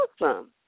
awesome